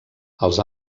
els